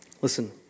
Listen